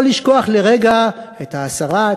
לא לשכוח לרגע את ה-10%,